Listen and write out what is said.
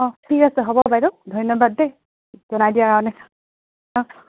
অঁ ঠিক আছে হ'ব বাইদেউ ধন্যবাদ দেই জনাই দিয়াৰ কাৰণে